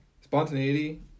Spontaneity